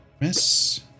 Miss